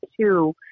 two